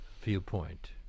viewpoint